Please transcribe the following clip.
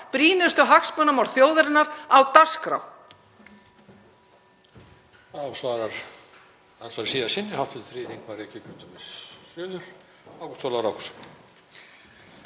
brýnustu hagsmunamál þjóðarinnar á dagskrá.